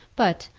but,